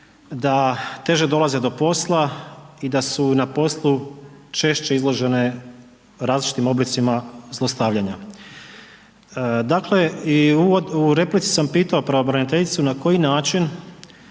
da teže dolaze do posla i da su na poslu češće izložene različitim oblicima zlostavljanja. Dakle, i uvod, u replici sam pitao pravobraniteljicu na koji način